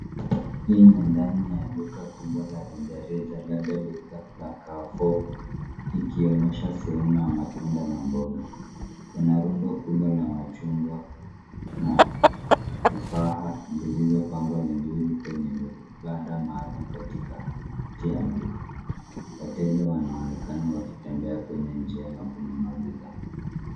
Hii ni ndani ya duka kubwa la rejareja labda duka la Carrefour ikionyesha sehemu ya matunda na mboga, kuna rundo kubwa la machungwa na tufaha zilizopangwa vizuri kwenye vibanda maalum katikati ya duka wateja wanaonekana wakitembea kwenye njia na kununua bidhaa.